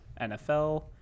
nfl